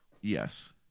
Yes